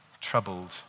troubled